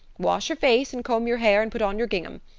wash your face and comb your hair and put on your gingham.